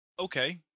Okay